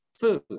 food